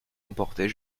emporter